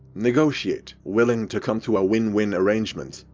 negotiate, willing to come to a win-win arrangement,